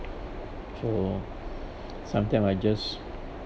so sometime I just